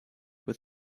with